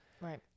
right